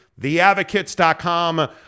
theadvocates.com